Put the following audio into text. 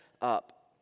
up